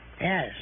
Yes